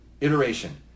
iteration